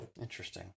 Interesting